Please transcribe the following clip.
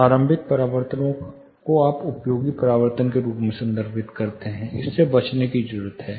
प्रारंभिक परिवर्तनों को आप उपयोगी परावर्तन के रूप में संदर्भित करते हैं इससे बचने की जरूरत है